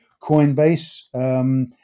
Coinbase